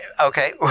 Okay